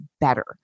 better